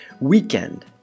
Weekend